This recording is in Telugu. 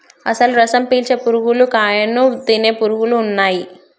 అసలు రసం పీల్చే పురుగులు కాయను తినే పురుగులు ఉన్నయ్యి